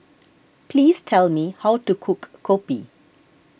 please tell me how to cook Kopi